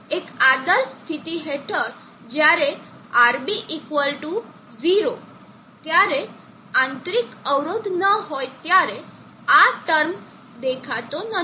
હવે એક આદર્શ સ્થિતિ હેઠળ જ્યારે RB 0 જ્યારે આંતરિક અવરોધ ન હોય ત્યારે આ ટર્મ દેખાતો નથી